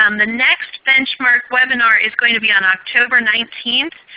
um the next benchmark webinar is going to be on october nineteenth,